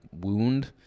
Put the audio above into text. wound